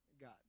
God